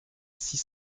six